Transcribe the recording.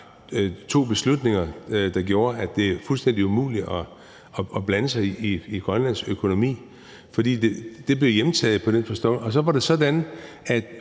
to beslutninger, der gjorde, at det er fuldstændig umuligt at blande sig i Grønlands økonomi, fordi det blev hjemtaget på den facon. Og så var det sådan, at